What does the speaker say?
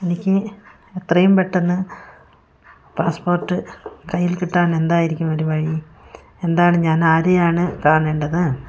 എനിക്ക് എത്രയും പെട്ടെന്ന് പാസ്പോർട്ട് കയ്യിൽ കിട്ടാൻ എന്തായിരിക്കും ഒരു വഴി എന്താണ് ഞാൻ ആരെയാണ് കാണേണ്ടത്